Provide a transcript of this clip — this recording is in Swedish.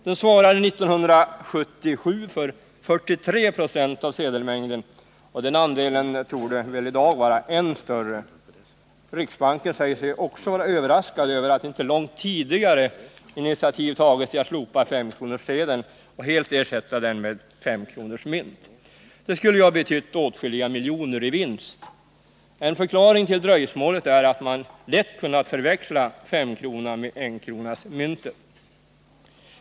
Den svarade 1977 för 43 26 av sedelmängden, och den andelen torde väl i dag vara än större. Riksbanken säger sig också vara överraskad över att initiativet inte har tagits långt tidigare att slopa S-kronorssedeln och helt ersätta den med S-kronorsmynt. Det skulle ju ha betytt åtskilliga miljoner i vinst. En förklaring till dröjsmålet är att man lätt kunnat förväxla femkronan med enkronemyntet.